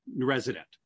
resident